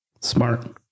Smart